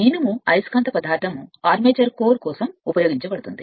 ఇనుము అయస్కాంత పదార్థం ఆర్మేచర్ కోర్ కోసం ఉపయోగించబడుతుంది